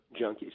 junkies